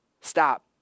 Stop